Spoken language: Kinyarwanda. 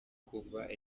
kuva